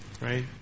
right